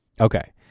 Okay